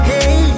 Hey